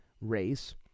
race